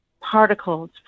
Particles